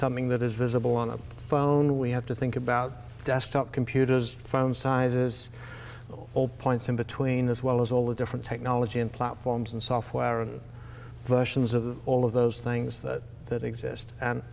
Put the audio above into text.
something that is visible on the phone we have to think about desktop computers phone sizes all points in between as well as all the different technology and platforms and software versions of all of those things that exist